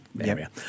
area